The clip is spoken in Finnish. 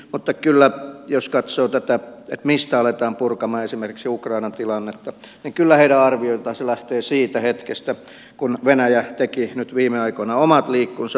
mutta kyllä jos katsoo tätä mistä aletaan purkamaan esimerkiksi ukrainan tilannetta niin kyllä heidän arviostaan se lähtee siitä hetkestä kun venäjä teki nyt viime aikoina omat liikkunsa